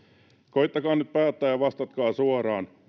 koettakaa nyt päättää ja vastatkaa suoraan